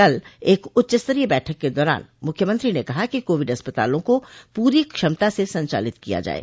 कल एक उच्चस्तरीय बैठक के दौरान मुख्यमंत्री ने कहा कि कोविड अस्पतालों को पूरी क्षमता से संचालित किया जाये